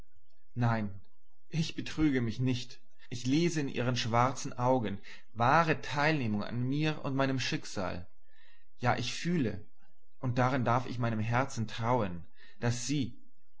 nein ich betrüge mich nicht ich lese in ihren schwarzen augen wahre teilnehmung an mir und meinem schicksal ja ich fühle und darin darf ich meinem herzen trauen daß sie o